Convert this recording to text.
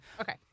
Okay